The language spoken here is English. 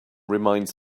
reminds